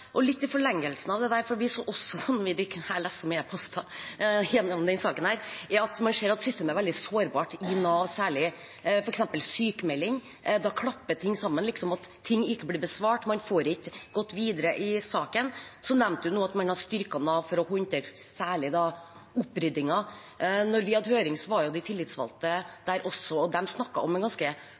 Litt i forlengelsen av det: Vi så også – jeg leser så mye e-poster – i denne saken at systemet er veldig sårbart i Nav, særlig f.eks. når det gjelder sykmeldinger. Da klapper ting liksom sammen, ting blir ikke besvart, og man får ikke gått videre i saken. Statsråden nevnte nå at man har styrket Nav for særlig å håndtere oppryddingen. Da vi hadde høring, var jo de tillitsvalgte der også, og de snakket om en ganske